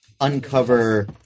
uncover